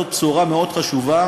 זאת בשורה מאוד חשובה